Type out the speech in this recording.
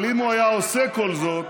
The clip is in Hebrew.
אבל אם הוא היה עושה כל זאת,